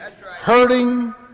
Hurting